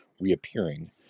reappearing